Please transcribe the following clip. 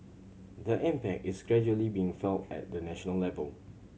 the impact is gradually being felt at the national level